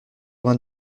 vingt